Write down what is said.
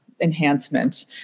enhancement